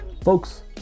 folks